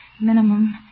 minimum